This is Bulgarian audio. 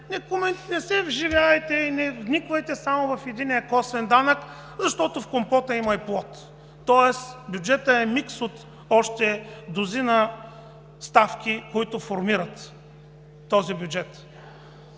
не се вживявайте и не вниквайте само в единия косвен данък, защото в компота има и плод, тоест бюджетът е микс от още дузина ставки, които формират този бюджет.